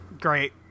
Great